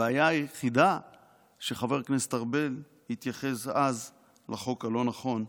הבעיה היחידה שחבר הכנסת ארבל התייחס אז לחוק הלא-נכון.